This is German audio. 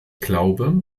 glaube